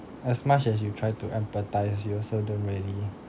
as much as you try to empathise you also don't really